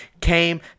Came